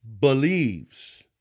believes